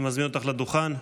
אני מזמין אותך לדוכן.